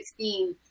2016